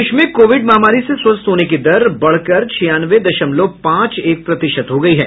देश में कोविड महामारी से स्वस्थ होने की दर बढ़कर छियानवे दशमलव पांच एक प्रतिशत हो गई है